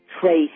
trace